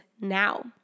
now